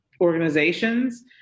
organizations